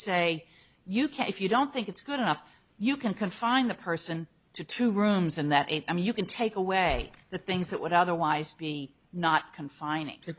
say you can't if you don't think it's good enough you can confine the person to two rooms and that i mean you can take away the things that would otherwise be not confin